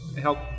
help